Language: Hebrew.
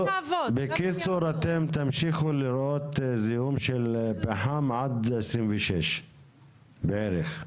אתם תמשיכו לראות זיהום של פחם עד 2026. בערך.